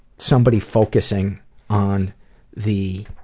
somebody focusing on the,